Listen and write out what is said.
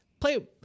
Play